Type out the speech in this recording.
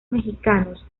mexicanos